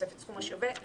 העשרים ושלוש.